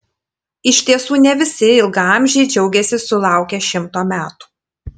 iš tiesų ne visi ilgaamžiai džiaugiasi sulaukę šimto metų